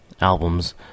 albums